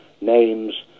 names